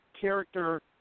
character